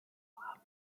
haben